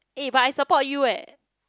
eh but I support you eh